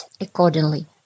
accordingly